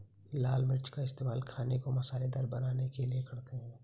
लाल मिर्च का इस्तेमाल खाने को मसालेदार बनाने के लिए करते हैं